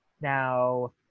Now